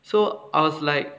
so I was like